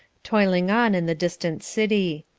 toiling on in the distant city.